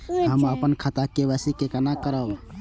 हम अपन खाता के के.वाई.सी केना करब?